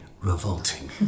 revolting